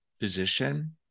physician